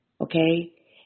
Okay